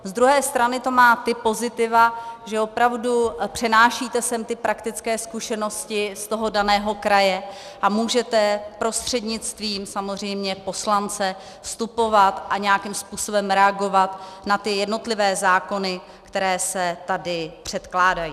Z druhé strany to má ta pozitiva, že opravdu přenášíte sem ty praktické zkušenosti z daného kraje a můžete prostřednictvím poslance vstupovat a nějakým způsobem reagovat na jednotlivé zákony, které se tady předkládají.